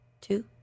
two